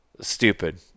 stupid